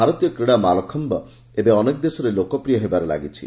ଭାରତୀୟ କ୍ରୀଡ଼ା ମାଲଖମ୍ୟ ଏବେ ଅନେକ ଦେଶରେ ଲୋକପ୍ରିୟ ହେବାରେ ଲାଗିଛି